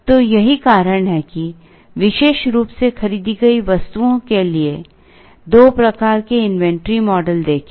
तो यही कारण है कि विशेष रूप से खरीदी गई वस्तुओं के लिए दो प्रकार के इन्वेंट्री मॉडल देखें